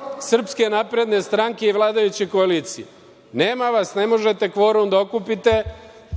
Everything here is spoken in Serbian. poslanika SNS i vladajuće koalicije. Nema vas, ne možete kvorum da okupite,